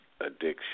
addiction